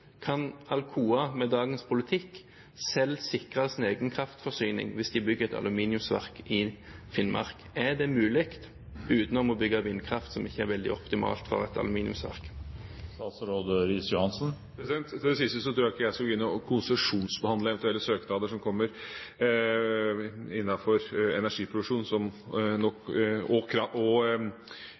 kan Alcoa med dagens politikk selv sikre sin egen kraftforsyning hvis de bygger et aluminiumsverk i Finnmark? Er det mulig uten å bygge vindkraft, som ikke er veldig optimalt for et aluminiumsverk? Til det siste: Jeg tror ikke jeg skal gå inn og konsesjonsbehandle eventuelle søknader som kommer innenfor energiproduksjon, og industri, som